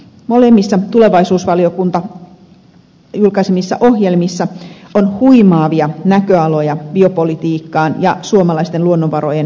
molemmissa tulevaisuusvaliokunnan julkaisemissa ohjelmissa on huimaavia näköaloja biopolitiikkaan ja suomalaisten luonnonvarojen mahdollisuuksiin